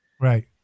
right